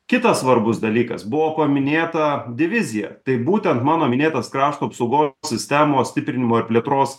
kitas svarbus dalykas buvo paminėta divizija tai būtent mano minėtas krašto apsaugos sistemos stiprinimo ir plėtros